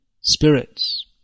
spirits